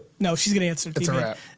no, she's gonna answer